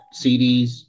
CDs